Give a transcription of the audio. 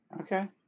Okay